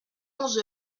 onze